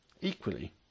equally